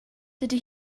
dydy